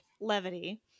levity